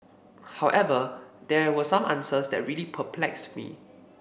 however there were some answers that really perplexed me